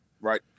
right